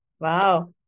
Wow